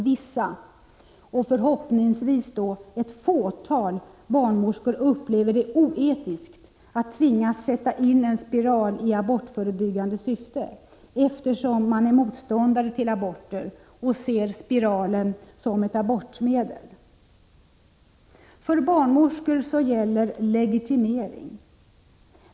Vissa — förhoppningsvis endast ett fåtal — barnmorskor upplever som oetiskt att tvingas sätta in spiral i abortförebyggande syfte, eftersom de är motståndare till aborter och ser spiralen som ett abortmedel. För barnmorskor gäller legitimering.